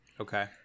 okay